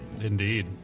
Indeed